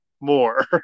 more